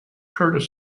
curtis